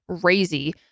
crazy